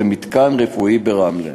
זה מתקן רפואי ברמלה.